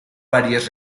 varias